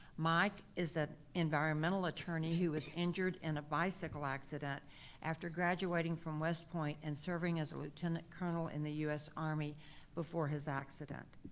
mike is a environmental attorney who was injured in a bicycle accident after graduating from westpoint and serving as a lieutenant colonel in the u s. army before his accident.